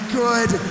good